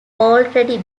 already